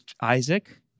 Isaac